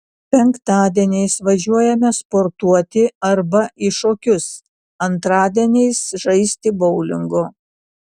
penktadieniais važiuojame sportuoti arba į šokius antradieniais žaisti boulingo